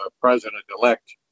President-elect